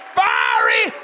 fiery